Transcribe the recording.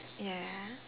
ya